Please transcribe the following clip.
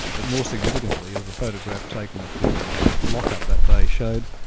but more significantly, as the photograph taken at the lock-up that day showed,